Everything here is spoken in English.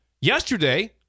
yesterday